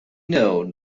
know